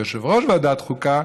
יושב-ראש ועדת החוקה,